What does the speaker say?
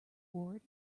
ward